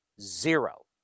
Zero